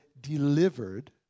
delivered